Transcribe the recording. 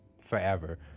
forever